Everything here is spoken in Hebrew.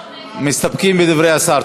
מסתפקים בדברי השר.